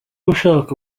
ushaka